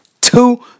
two